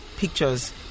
pictures